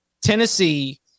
Tennessee